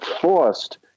forced